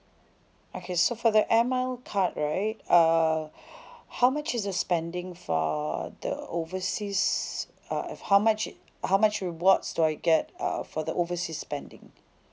okay so for the air mile card right uh how much is the spending for the overseas uh how much how much rewards do I get uh for the overseas spending